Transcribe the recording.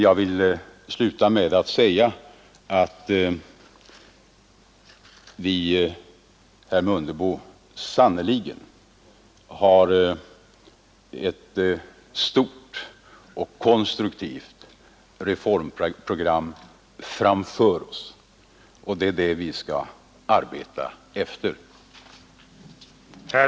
Jag vill avsluta med att säga att vi, herr Mundebo, sannerligen har ett stort och konstruktivt reformprogram framför oss, och det är det vi skall arbeta efter.